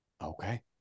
Okay